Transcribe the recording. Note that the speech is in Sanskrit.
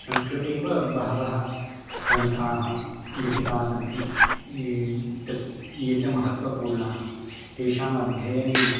संस्कृते एव बहवः ग्रन्थाः लिखिताः सन्ति तत् ये च महत्त्वपूर्णाः तेषाम् अध्ययनेन